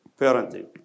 parenting